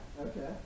Okay